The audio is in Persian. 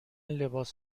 لباس